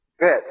Good